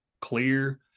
clear